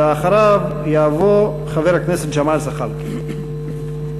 ואחריו יבוא חבר הכנסת ג'מאל זחאלקה.